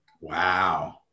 wow